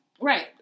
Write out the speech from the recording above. Right